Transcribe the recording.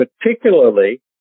particularly